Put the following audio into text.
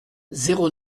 zéro